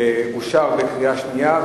אושרה בקריאה שנייה.